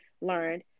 learned